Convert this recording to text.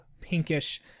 pinkish